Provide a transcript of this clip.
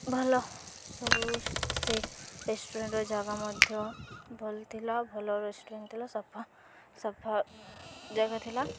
ଭଲ ସବୁ ସେ ରେଷ୍ଟୁରାଣ୍ଟର ଜାଗା ମଧ୍ୟ ଭଲ ଥିଲା ଭଲ ରେଷ୍ଟୁରାଣ୍ଟ ଥିଲା ସଫା ସଫା ଜାଗା ଥିଲା